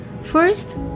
First